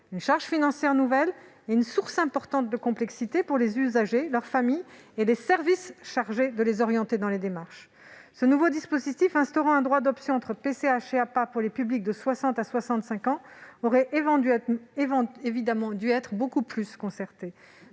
une charge financière nouvelle et une source importante de complexité pour les usagers, leur famille et les services chargés de les orienter dans les démarches. Ce nouveau dispositif instaurant un droit d'option entre PCH et APA pour les publics de 60 à 65 ans aurait évidemment dû faire l'objet